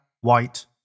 white